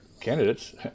candidates